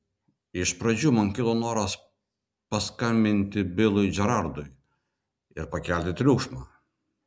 iš pradžių man kilo noras paskambinti bilui džerardui ir pakelti triukšmą